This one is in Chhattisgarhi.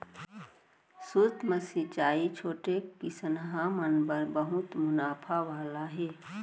सूक्ष्म सिंचई छोटे किसनहा मन बर बहुत मुनाफा वाला हे